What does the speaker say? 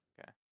Okay